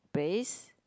base